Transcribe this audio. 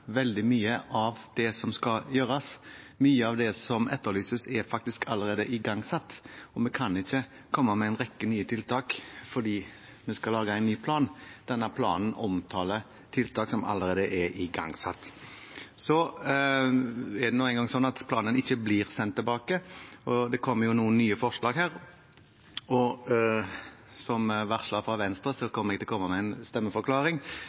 veldig mye av det som skal gjøres. Mye av det som etterlyses, er faktisk allerede igangsatt, og vi kan ikke komme med en rekke nye tiltak bare fordi vi skal lage en ny plan. Denne planen omtaler tiltak som allerede er igangsatt. Planen blir ikke sendt tilbake. Det kommer noen nye forslag her i dag, og som allerede varslet av Venstre, kommer jeg nå med en stemmeforklaring: